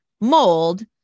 mold